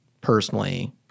personally